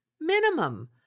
minimum